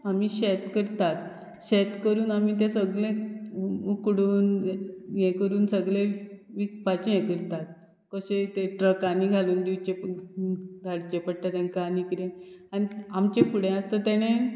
आमी शेत करतात शेत करून आमी ते सगळे उकडून हे करून सगळे विकपाचे हे करतात कशे ते ट्रकांनी घालून दिवचे घाडचे पडटा तांकां आनी कितें आनी आमचे फुडें आसता तेणें